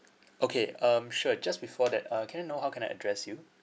okay um sure just before that uh can I know how can I address you